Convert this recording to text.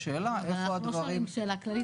איפה הדברים --- אבל אנחנו לא שואלים שאלה כללית,